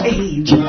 age